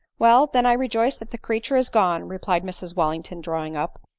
well, then i rejoice that the creature is gone, re plied mrs wellington, drawing up.